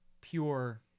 pure